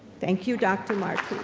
thank you, dr. marti.